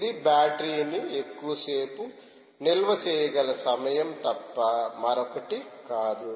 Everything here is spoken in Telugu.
ఇది బ్యాటరీ ని ఎక్కువసేపు నిల్వ చేయగల సమయం తప్ప మరొకటి కాదు